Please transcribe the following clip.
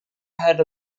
had